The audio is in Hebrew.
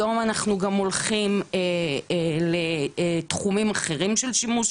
היום אנחנו גם הולכים לתחומים אחרים של שימוש